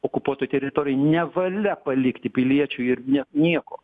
okupuotoj teritorijoj nevalia palikti piliečių ir ne nieko